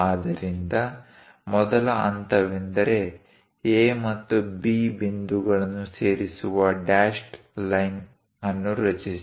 ಆದ್ದರಿಂದ ಮೊದಲ ಹಂತವೆಂದರೆ A ಮತ್ತು B ಬಿಂದುಗಳನ್ನು ಸೇರಿಸುವ ಡ್ಯಾಶ್ಡ್ ಲೈನ್ ಅನ್ನು ರಚಿಸಿ